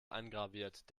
eingraviert